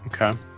Okay